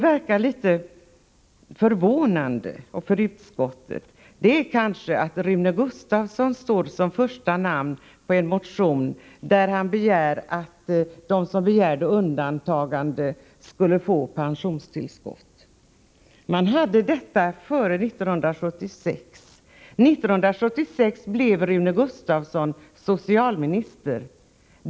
Vad som för mig och för utskottet verkar litet förvånande är att Rune Gustavsson står som första namn på motionen där man föreslår att de som begärde undantagande skall få pensionstillskott. Man hade detta före 1976. År 1976 blev Rune Gustavsson socialminister.